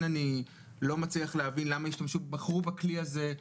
אני לא מצליח להבין למה בחרו בכלי הזה,